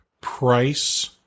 price